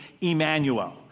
Emmanuel